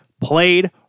played